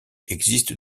existe